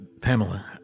Pamela